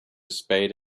spade